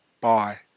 Bye